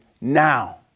now